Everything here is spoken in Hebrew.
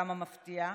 כמה מפתיע,